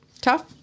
Tough